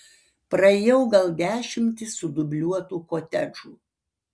praėjau gal dešimtį sudubliuotų kotedžų